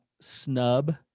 snub